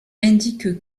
indique